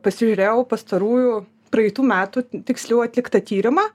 pasižiūrėjau pastarųjų praeitų metų tiksliau atliktą tyrimą